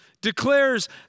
declares